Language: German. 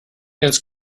jetzt